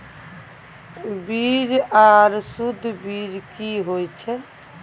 बीज आर सुध बीज की होय छै?